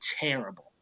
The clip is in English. terrible